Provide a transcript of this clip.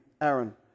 Aaron